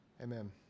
Amen